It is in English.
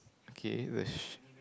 okay